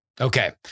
Okay